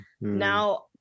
now